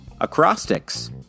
acrostics